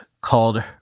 called